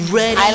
ready